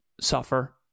suffer